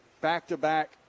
back-to-back